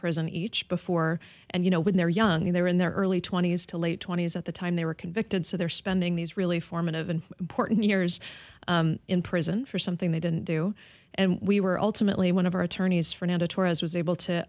prison each before and you know when they're young they're in their early twenty's to late twenty's at the time they were convicted so they're spending these really formative and important years in prison for something they didn't do and we were ultimately one of our attorneys fernando torres was able to